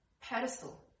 pedestal